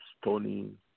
stoning